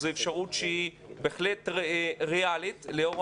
זו אפשרות שהיא בהחלט ריאלית לאור